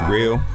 Real